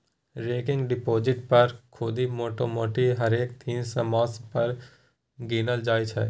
recurring deposit पर सुदि मोटामोटी हरेक तीन मास पर गिनल जाइ छै